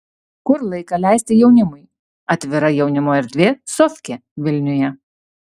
kur laiką leisti jaunimui atvira jaunimo erdvė sofkė vilniuje